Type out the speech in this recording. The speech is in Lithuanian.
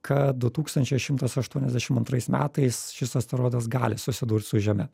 kad du tūkstančiai šimtas aštuoniasdešim antrais metais šis asteroidas gali susidurt su žeme